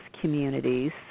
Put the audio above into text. communities